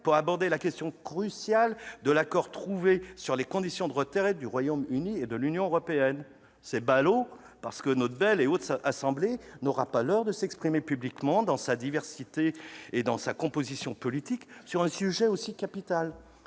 consacré à la question, cruciale, de l'accord trouvé sur les conditions de retrait du Royaume-Uni de l'Union européenne. C'est ballot, mais notre belle et haute assemblée n'aura pas l'heur de s'exprimer publiquement, dans la diversité de sa composition politique, sur ce sujet pourtant capital.